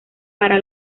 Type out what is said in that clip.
para